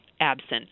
absent